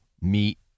meet